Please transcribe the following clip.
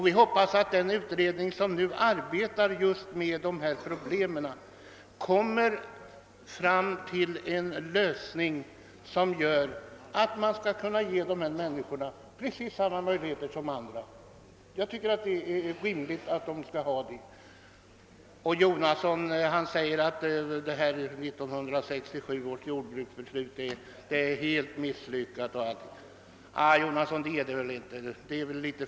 Vi hoppas att den utredning som just nu arbetar med dessa problem skall komma fram till en lösning som ger jordbrukarna i Norrland samma möjligheter och villkor som föreligger för jordbruket i övriga delar av landet. Jag tycker detta är rimligt. Herr Jonasson ansåg att 1967 års jordbruksbeslut är helt misslyckat. Det är nog för mycket sagt, herr Jonasson!